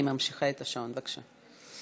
אני ממשיכה את השעון, בבקשה.